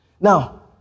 Now